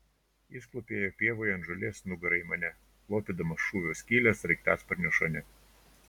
jis klūpėjo pievoje ant žolės nugara į mane lopydamas šūvio skylę sraigtasparnio šone